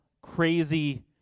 crazy